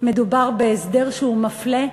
מדובר בהסדר שהוא מפלה,